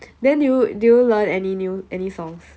then do you do you learn any new any songs